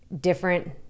different